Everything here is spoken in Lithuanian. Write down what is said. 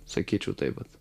sakyčiau taip vat